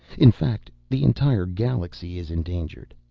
in fact, the entire galaxy is endangered.